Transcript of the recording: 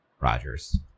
Rogers